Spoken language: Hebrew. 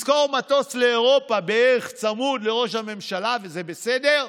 לשכור מטוס צמוד לראש הממשלה לאירופה, וזה בסדר,